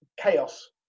chaos